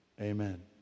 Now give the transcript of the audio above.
Amen